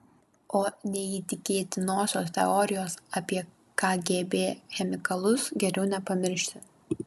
o neįtikėtinosios teorijos apie kgb chemikalus geriau nepamiršti